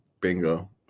Bingo